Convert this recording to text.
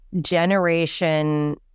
generation